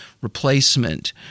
replacement